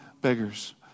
beggars